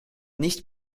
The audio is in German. nicht